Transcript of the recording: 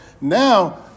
now